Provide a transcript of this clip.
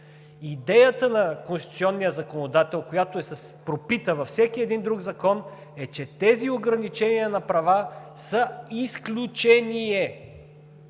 Идеята на конституционния законодател, която е пропита във всеки един друг закон, е, че тези ограничения на права са изключение,